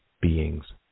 beings